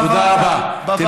בוועדה, בוועדה אני מסכים.